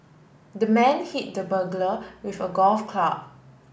the man hit the burglar with a golf club